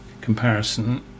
comparison